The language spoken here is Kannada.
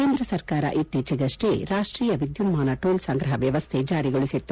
ಕೇಂದ್ರ ಸರ್ಕಾರ ಇತ್ತೀಚೆಗಷ್ನೇ ರಾಷ್ಟೀಯ ವಿದ್ಯುನ್ಮಾನ ಟೋಲ್ ಸಂಗ್ರಹ ವ್ಯವಸ್ಥೆ ಜಾರಿಗೊಳಿಸಿತ್ತು